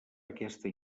aquesta